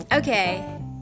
Okay